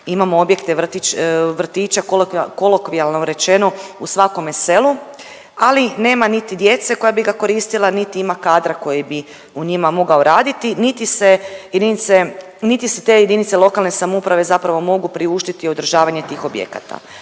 imamo objekte vrtića kolokvijalno rečeno u svakome selu ali nema niti djece koja bi ga koristila niti ima kadra koji bi u njima mogao raditi, niti se jedinice, niti se, niti si te jedinice lokalne samouprave zapravo mogu priuštiti održavanje tih objekata.